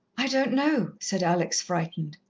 i don't know, said alex, frightened.